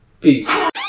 Peace